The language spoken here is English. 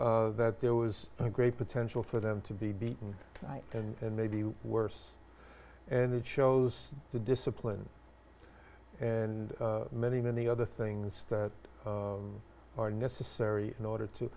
that there was a great potential for them to be beaten and maybe worse and it shows the discipline and many many other things that are necessary in order to